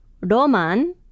Roman